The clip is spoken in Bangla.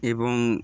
এবং